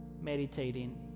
meditating